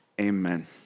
amen